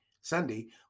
Sunday